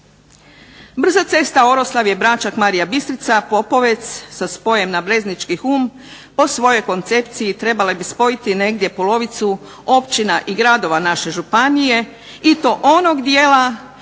Brze ceste Oroslavje-Bračak, Marija Bistrica-Popovec sa spojem na Breznički Hum po svojoj koncepciji trebale bi spojiti negdje polovicu općina i gradova naše županije i to onog dijela